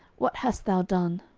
what hast thou done